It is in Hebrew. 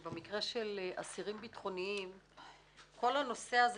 שבמקרה של אסירים ביטחוניים כל הנושא הזה